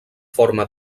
forma